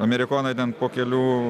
amerikonai ten po kelių